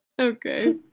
Okay